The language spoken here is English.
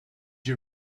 you